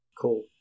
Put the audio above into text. Cool